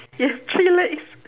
yes three legs